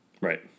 Right